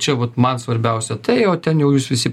čia vat man svarbiausia tai o ten jau jūs visi